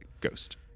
Ghost